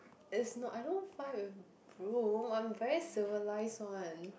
it's not I don't fly with broom I'm very civilised [one]